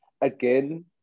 Again